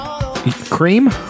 Cream